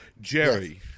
Jerry